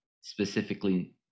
specifically